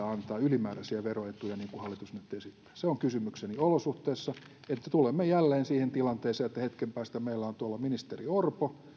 antaa ylimääräisiä veroetuja niin kuin hallitus nyt esittää se on kysymykseni olosuhteissa joissa tulemme jälleen siihen tilanteeseen että hetken päästä meillä on tuolla ministeri orpo